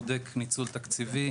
בודק ניצול תקציבי,